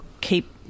keep